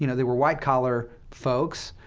you know they were white-collar folks.